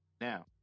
Now